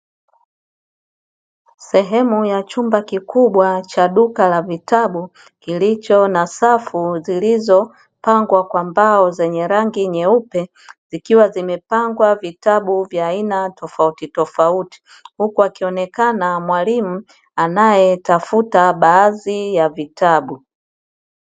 Sehemu ya chumba kikubwa cha duka la vitabu kilicho na safu zilizopangwa kwa mbao zenye rangi nyeupe, zikiwa zimepangwa vitabu vya aina tofautitofauti, huku akionekana mwalimu anayetafuta baadhi ya vitabu.